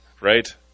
right